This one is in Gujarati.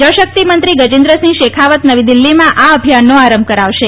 જળશક્તિ મંત્રી ગજેન્દ્રસિંહ શેખાવત નવી દિલ્હીમાં આ અભિયાનનો આરંભ કરાવશે